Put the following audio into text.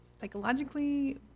Psychologically